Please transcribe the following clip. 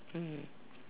mm